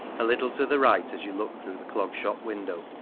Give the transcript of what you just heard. a little to the right as you looked through the clog shop window,